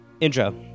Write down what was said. Intro